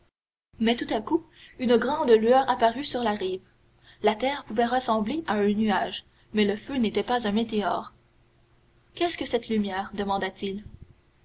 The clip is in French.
mais tout à coup une grande lueur apparut sur la rive la terre pouvait ressembler à un nuage mais le feu n'était pas un météore qu'est-ce que cette lumière demanda-t-il